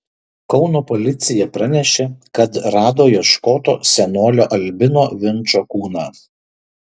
kauno policija pranešė kad rado ieškoto senolio albino vinčo kūną